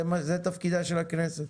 זה תפקידה של הכנסת,